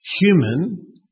human